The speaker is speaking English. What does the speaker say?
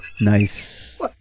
Nice